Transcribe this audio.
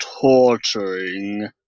torturing